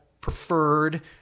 preferred